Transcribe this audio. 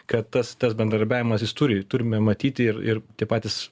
kad tas tas bendradarbiavimas jis turi turime matyti ir ir tie patys